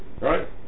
right